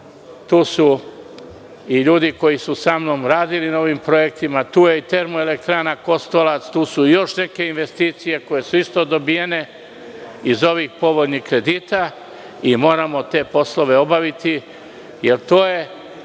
Tu su i ljudi koji su samnom radili na ovim projektima. Tu je i Termoelektrana “Kostolac“. Tu su još neke investicije koje su dobijene iz ovih povoljnih kredita i moramo te poslove obaviti, jer to je